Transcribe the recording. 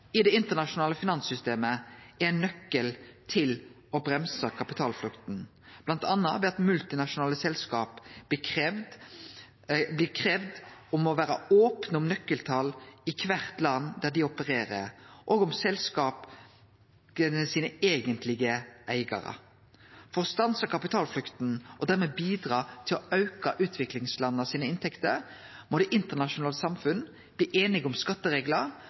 i det internasjonale finanssystemet er ein nøkkel til å bremse kapitalflukta, bl.a. ved at multinasjonale selskap blir kravde å vere opne om nøkkeltal i kvart land dei opererer i, og om selskapas eigentlege eigarar. For å stanse kapitalflukta og dermed bidra til å auke utviklingslandas inntekter må det internasjonale samfunnet bli einige om skattereglar